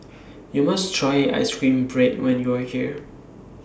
YOU must Try Ice Cream Bread when YOU Are here